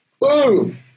boom